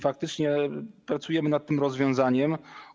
Faktycznie pracujemy nad tym rozwiązaniem.